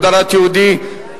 הגדרת יהודי),